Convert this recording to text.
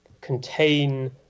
contain